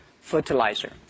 fertilizer